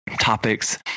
topics